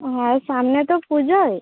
হ্যাঁ ওই সামনে তো পুজোয়